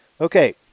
Okay